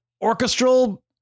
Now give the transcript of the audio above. orchestral